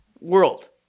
world